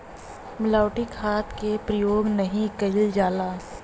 मिलावटी खाद के परयोग नाही कईल जाला